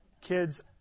kids